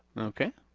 okay.